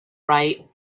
right